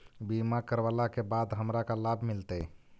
बीमा करवला के बाद हमरा का लाभ मिलतै?